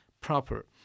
proper